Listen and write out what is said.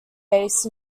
based